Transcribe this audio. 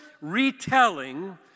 retelling